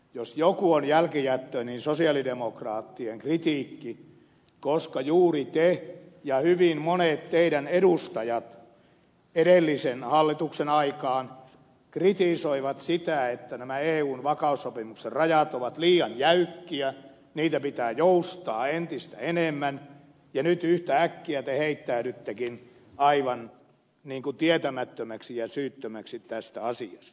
jos joku on jälkijättöinen niin sosialidemokraattien kritiikki koska juuri te ja hyvin monet teidän edustajanne edellisen hallituksen aikaan kritisoivat sitä että nämä eun vakaussopimuksen rajat ovat liian jäykkiä niiden pitää joustaa entistä enemmän ja nyt yhtäkkiä te heittäydyttekin aivan tietämättömäksi ja syyttömäksi tästä asiasta